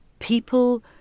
People